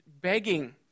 begging